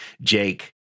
jake